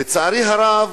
לצערי הרב,